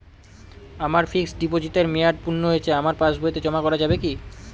আমার ফিক্সট ডিপোজিটের মেয়াদ পূর্ণ হয়েছে আমার পাস বইতে জমা করা যাবে কি?